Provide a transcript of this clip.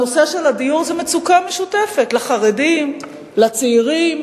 הנושא של הדיור זה מצוקה משותפת לחרדים, לצעירים.